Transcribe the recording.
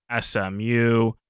SMU